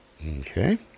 Okay